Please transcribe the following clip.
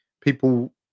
people